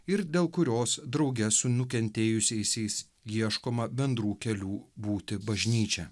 ir dėl kurios drauge su nukentėjusiaisiais ieškoma bendrų kelių būti bažnyčia